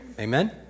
Amen